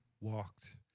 walked